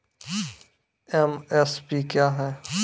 MSP क्या है?